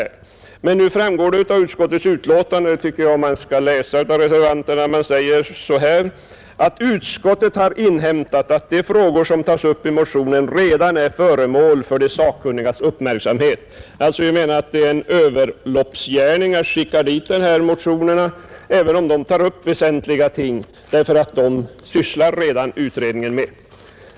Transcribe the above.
Jag vill beträffande denna fråga hänvisa till vad utskottet skriver i sitt betänkande: ”Utskottet har inhämtat att de frågor som tas upp i motionen redan är föremål för de sakkunnigas uppmärksamhet.” Vi anser det därför vara en överloppsgärning att överlämna dessa motioner, även om de tar upp väsentliga ting, eftersom utredningen redan sysslar med dessa saker.